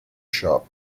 shop